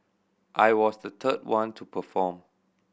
I was the third one to perform